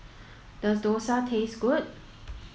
does Dosa taste good